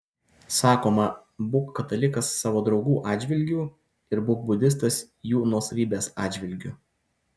sakoma būk katalikas savo draugų atžvilgių ir būk budistas jų nuosavybės atžvilgiu